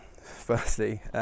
firstly